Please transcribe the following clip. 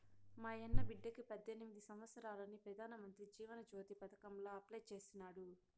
మాయన్న బిడ్డకి పద్దెనిమిది సంవత్సారాలని పెదానమంత్రి జీవన జ్యోతి పదకాంల అప్లై చేసినాడు